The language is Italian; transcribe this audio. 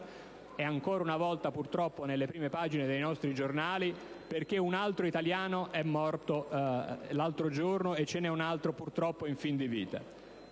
ancora una volta sulle prime pagine dei nostri giornali perché un altro italiano è morto l'altro giorno, e ce n'è un altro purtroppo in fin di vita.